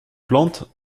plante